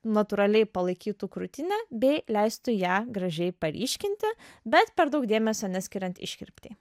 natūraliai palaikytų krūtinę bei leistų ją gražiai paryškinti bet per daug dėmesio neskiriant iškirptei